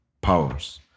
powers